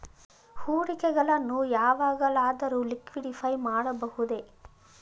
ಹೂಡಿಕೆಗಳನ್ನು ಯಾವಾಗಲಾದರೂ ಲಿಕ್ವಿಡಿಫೈ ಮಾಡಬಹುದೇ?